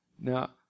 Now